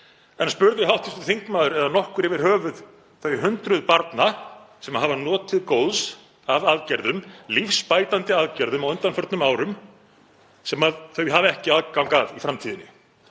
En spurði hv. þingmaður eða nokkur yfir höfuð þau hundruð barna sem notið hafa góðs af aðgerðum, lífsbætandi aðgerðum, á undanförnum árum sem þau hafa ekki aðgang að í framtíðinni?